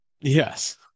Yes